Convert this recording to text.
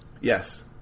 Yes